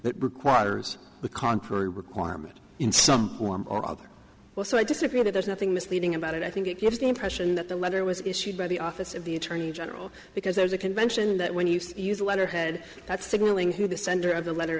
that requires the contrary requirement in some form or other also i disagree that there's nothing misleading about it i think it gives the impression that the letter was issued by the office of the attorney general because there's a convention that when you see the letterhead that's signalling who the sender of the letter